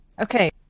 Okay